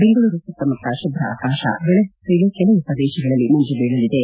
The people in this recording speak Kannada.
ಬೆಂಗಳೂರು ಸುತ್ತಮುತ್ತ ಶುಭ್ರ ಆಕಾಶ ಬೆಳಗಿನವೇಳೆ ಕೆಲವು ಪ್ರದೇಶಗಳಲ್ಲಿ ಮಂಜುಬೀಳಲಿದೆ